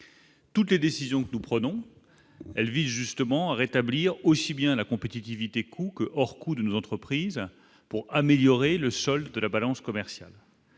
Toutes les décisions que nous prenons, elle vise justement à rétablir aussi bien la compétitivité coût hors coûts de nos entreprises, pour améliorer le solde de la balance commerciale